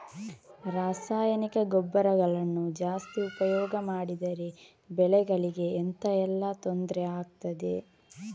ರಾಸಾಯನಿಕ ಗೊಬ್ಬರಗಳನ್ನು ಜಾಸ್ತಿ ಉಪಯೋಗ ಮಾಡಿದರೆ ಬೆಳೆಗಳಿಗೆ ಎಂತ ಎಲ್ಲಾ ತೊಂದ್ರೆ ಆಗ್ತದೆ?